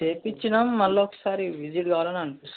చేయించినాం మళ్ళా ఒకసారి విజిట్ కావాలని అనిపిస్తుంది